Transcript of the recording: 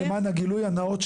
רק למען הגילוי הנאות,